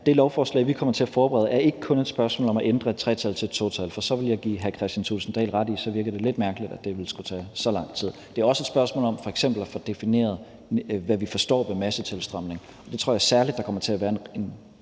det lovforslag, vi kommer til at forberede, ikke kun er et spørgsmål om at ændre et 3-tal til et 2-tal, for så ville jeg give hr. Kristian Thulesen Dahl ret i, at det ville virke lidt mærkeligt, at det skulle tage så lang tid. Det er også et spørgsmål om f.eks. at få defineret, hvad vi forstår ved massetilstrømning. Det tror jeg særlig der kommer til at være en